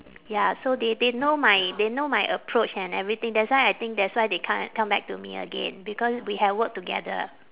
ya so they they know my they know my approach and everything that's why I think that's why they come a~ come back to me again because we have work together